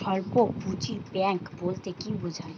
স্বল্প পুঁজির ব্যাঙ্ক বলতে কি বোঝায়?